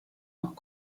auch